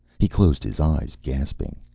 he closed his eyes, gasping.